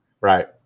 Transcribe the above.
Right